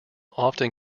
often